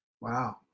Wow